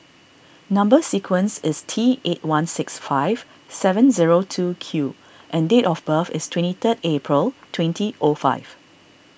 Number Sequence is T eight one six five seven zero two Q and date of birth is twenty third April twenty o five